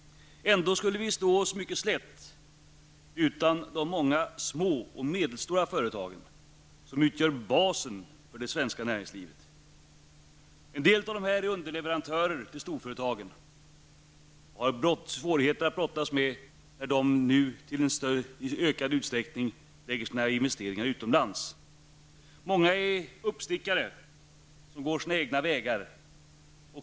Ändå skulle vi stå oss mycket slätt utan de många små och medelstora företagen, som utgör basen för det svenska näringslivet. En del av dessa är underleverantörer till storföretagen. De har svårigheter att brottas med när dessa nu i ökad utsträckning lägger sina investeringar utomlands. Många är uppstickare som går sina egna vägar.